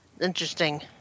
interesting